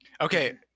Okay